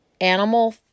animal